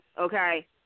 okay